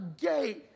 gate